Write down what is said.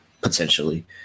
potentially